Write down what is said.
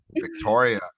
Victoria